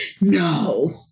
No